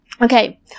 Okay